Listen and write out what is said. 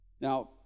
Now